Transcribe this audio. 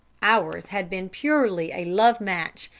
ours had been purely a love match,